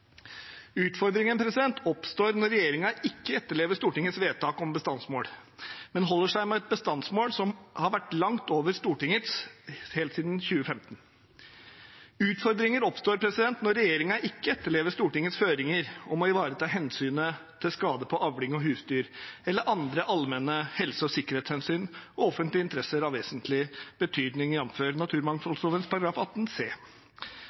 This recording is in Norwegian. Utfordringen oppstår når regjeringen ikke etterlever Stortingets vedtak om bestandsmål, men holder seg med et bestandsmål som har vært langt over Stortingets helt siden 2015. Utfordringer oppstår når regjeringen ikke etterlever Stortingets føringer om å ivareta hensynet til skade på avling og husdyr eller andre allmenne helse- og sikkerhetshensyn og offentlige interesser av vesentlig betydning, jf. naturmangfoldloven § 18 c.